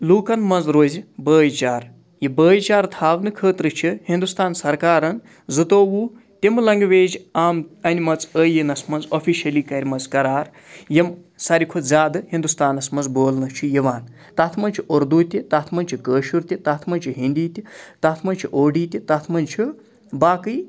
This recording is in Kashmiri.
لوٗکَن منٛز روزِ بٲے چارٕ یہِ بٲے چارٕ تھاونہٕ خٲطرٕ چھِ ہِندُستان سرکارَن زٕتوٚوُہ تِم لنٛگویج اَنۍ مَژ عٲیٖنَس منٛز آفِشَلی کَرۍ مَژ قرار یِم ساروی کھۄتہٕ زیادٕ ہِندُستانَس منٛز بولنہٕ چھُ یِوان تَتھ منٛز چھُ اُردو تہِ تَتھ منٛز چھِ کٲشُر تہِ تَتھ منٛز چھِ ہِنٛدی تہِ تَتھ منٛز چھِ اوڈی تہِ تَتھ منٛز چھُ باقٕے